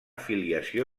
filiació